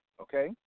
Okay